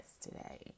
today